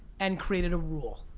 and created a rule.